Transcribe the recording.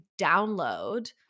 download